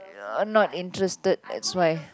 uh not interested that's why